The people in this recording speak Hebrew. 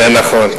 זה נכון,